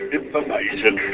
information